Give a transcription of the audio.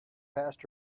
passed